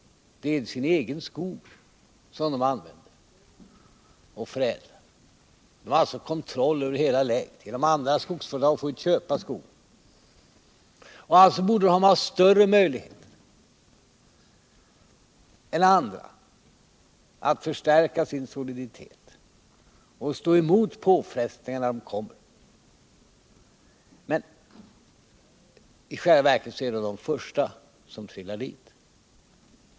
Det är inte sin egen skog skogsägarna brukar och förädlar. De har kontroll över hela län genom att andra skogsbolag inte får köpa skog. Därmed borde de ha större möjligheter än andra att förstärka sin soliditet så att de kan stå emot påfrestningarna när de kommer, men i själva verket är de de första som trillar dit.